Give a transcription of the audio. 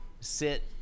sit